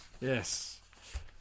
Yes